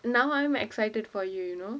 now I'm excited for you you know